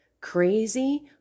crazy